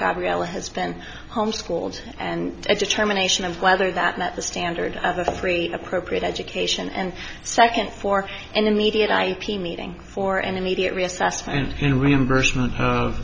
gabriella has been home schooled and a determination of whether that met the standard of a free appropriate education and second for an immediate ip meeting for an immediate reassessment and reimbursement